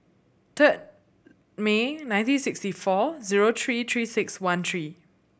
third May nineteen sixty four zero three Three Six One three